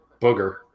Booger